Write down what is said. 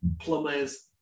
plumbers